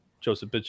Joseph